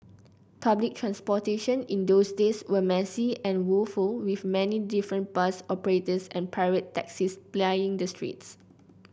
public transportation in those days was messy and woeful with many different bus operators and pirate taxis plying the streets